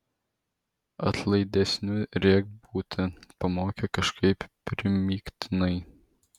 atlaidesniu rek būti pamokė kažkaip primygtinai